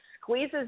squeezes